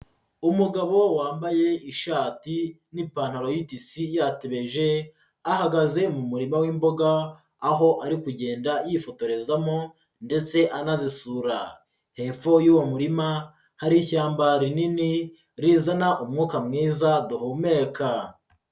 Umugabo wambaye ishati n'ipantaro y'itisi yatebeje, ahagaze mu murima w'imboga aho ari kugenda yifotorezamo ndetse anazisura, hepfo y'uwo murima hari ishyamba rinini rizana umwuka mwiza duhumeka.